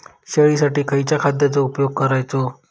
शेळीसाठी खयच्या खाद्यांचो उपयोग करायचो?